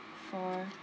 for